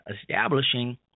establishing